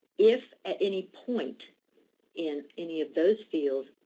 if, at any point in any of those fields,